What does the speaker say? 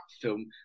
film